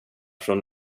från